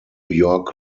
york